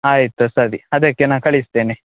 ಆಯಿತು ಸರಿ ಅದಕ್ಕೆ ನಾ ಕಳಿಸ್ತೇನೆ